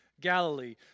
Galilee